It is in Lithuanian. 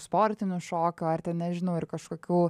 sportinių šokių ar ten nežinau ir kažkokių